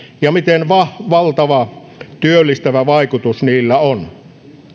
ja miten valtava työllistävä vaikutus niillä on